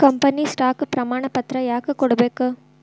company stock ಪ್ರಮಾಣಪತ್ರ ಯಾಕ ಕೊಡ್ಬೇಕ್